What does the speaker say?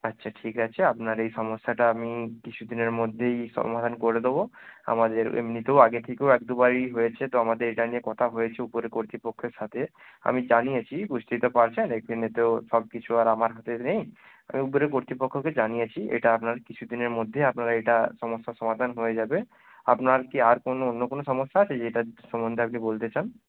আচ্ছা ঠিক আছে আপনার এই সমস্যাটা আমি কিছুদিনের মধ্যেই সমাধান করে দেবো আমাদের এমনিতেও আগে থেকেও এক দুবার ইয়ে হয়েছে তো আমাদের এটা নিয়ে কথা হয়েছে উপরে কর্তৃপক্ষের সাথে আমি জানিয়েছি বুঝতেই তো পারছেন একদিনে তো সব কিছু আর আমার হাতে নেই আমি উপরে কর্তৃপক্ষকে জানিয়েছি এটা আপনার কিছু দিনের মধ্যেই আপনার এটা সমস্যার সমাধান হয়ে যাবে আপনার কি আর কোনো অন্য কোনো সমস্যা আছে যেটার সম্বন্ধে আপনি বলতে চান